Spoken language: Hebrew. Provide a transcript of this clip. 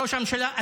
ראש הממשלה,